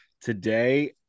today